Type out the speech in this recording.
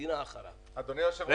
מדינה אחרת --- אבל אדוני היושב-ראש,